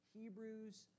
Hebrews